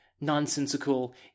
nonsensical